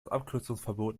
abkürzungsverbot